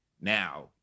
Now